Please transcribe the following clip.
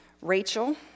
Rachel